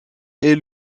est